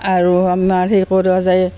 আৰু আমাৰ সেই কৰা যায়